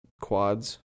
quads